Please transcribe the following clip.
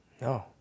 No